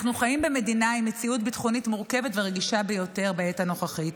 אנחנו חיים במדינה עם מציאות ביטחונית מורכבת ורגישה ביותר בעת הנוכחית.